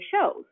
shows